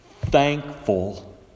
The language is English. thankful